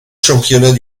championnat